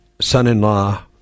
son-in-law